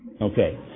Okay